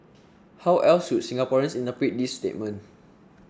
how else should Singaporeans interpret this statement